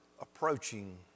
approaching